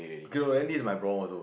okay lor then this is my problem also